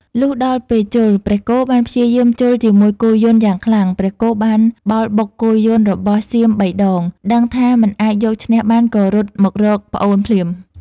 លុះដល់ពេលជល់ ព្រះគោបានព្យាយាមជល់ជាមួយគោយន្ដយ៉ាងខ្លាំង ព្រះគោបានបោលបុកគោយន្ដរបស់សៀមបីដង ដឹងថាមិនអាចយកឈ្នះបានក៏រត់មករកប្អូនភ្លាម។